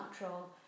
natural